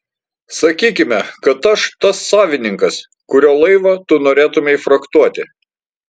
sakykime kad aš tas savininkas kurio laivą tu norėtumei frachtuoti